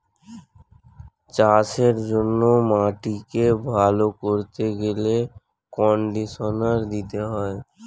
চাষের জন্য মাটিকে ভালো করতে গেলে কন্ডিশনার দিতে হয়